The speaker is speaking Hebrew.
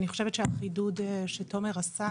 אני חושבת שהחידוד שתומר עשה,